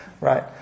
Right